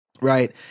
Right